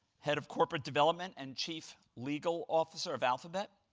head of corporate development and chief legal officer of alphabet,